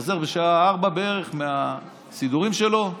חוזר בשעה 16:00 בערך מהסידורים שלו,